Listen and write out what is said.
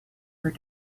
her